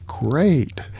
great